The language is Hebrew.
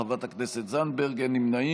חברת הכנסת זנדברג, אני מוסיף את קולך?